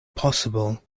possible